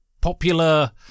popular